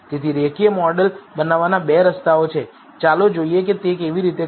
તેથી રેખીય મોડેલ બનાવવાના 2 રસ્તાઓ છે ચાલો જોઈએ કે તે કેવી રીતે કરવું